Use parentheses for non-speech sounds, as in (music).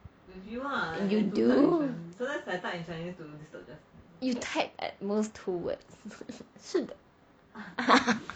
you do you type at most two words 是的 (laughs)